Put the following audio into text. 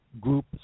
group